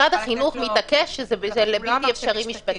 משרד החינוך מתעקש שזה בלתי אפשרי משפטית.